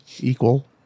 Equal